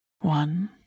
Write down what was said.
one